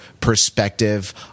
perspective